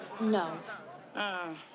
No